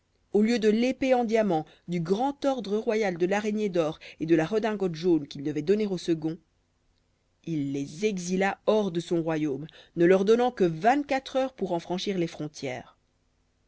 au lieu de l'épée en diamant du grand ordre royal de l'araignée d'or et de la redingote jaune qu'il devait donner au second il les exila hors de son royaume ne leur donnant que vingt-quatre heures pour en franchir les frontières